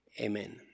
amen